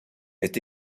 est